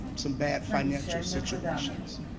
some bad financial situations.